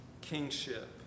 kingship